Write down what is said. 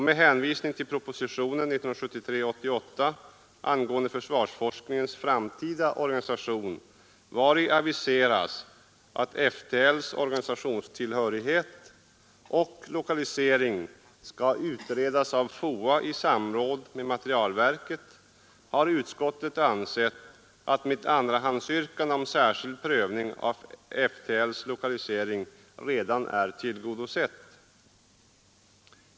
Med hänvisning till propositionen 1973:88 angående försvarsforskningens framtida organisation, vari aviseras att FTL:s organisationstillhörighet och lokalisering skall utredas av FOA i samråd med materialverket, har utskottet ansett att mitt andrahandsyrkande om särskild prövning av FTL:s lokalisering redan är tillgodosett.